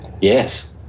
Yes